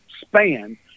span